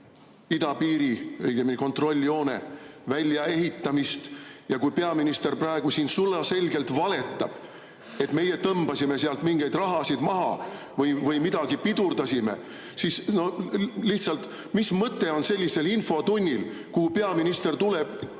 õigemini kontrolljoone väljaehitamist. Ja kui peaminister praegu siin sulaselgelt valetab, et meie tõmbasime sealt mingi raha maha või midagi pidurdasime, siis lihtsalt, mis mõte on sellisel infotunnil, kuhu peaminister tuleb